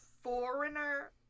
foreigner